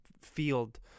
field